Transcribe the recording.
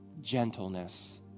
gentleness